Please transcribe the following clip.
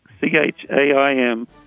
C-H-A-I-M